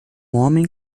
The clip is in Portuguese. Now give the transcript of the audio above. homem